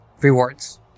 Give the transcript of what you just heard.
rewards